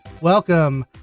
welcome